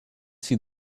see